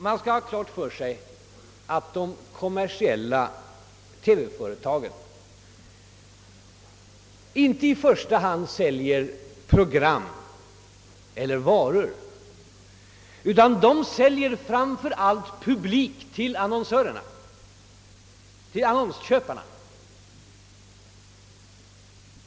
Man skall ha klart för sig att de kommersiella TV-företagen inte i första hand säljer program eller varor utan framför allt publik till annonsörerna.